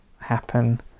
happen